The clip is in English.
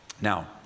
Now